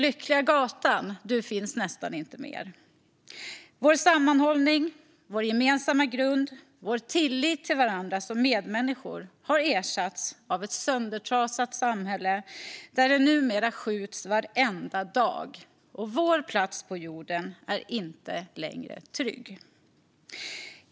Lyckliga gatan - du finns nästan inte mer. Vår sammanhållning, vår gemensamma grund och vår tillit till varandra som medmänniskor har ersatts av ett söndertrasat samhälle där det numera skjuts varenda dag. Vår plats på jorden är inte längre trygg.